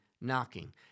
knocking